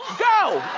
go,